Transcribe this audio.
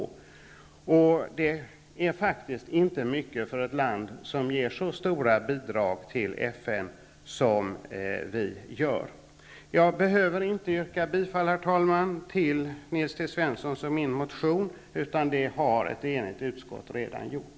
Det är faktiskt inte mycket för ett land som ger så stora bidrag till FN som vi gör. Herr talman! Jag behöver inte yrka bifall till Nils T. Svenssons och min motion. Det har ett enigt utskott redan gjort.